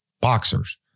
boxers